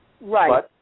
Right